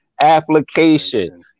application